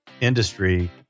industry